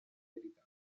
verità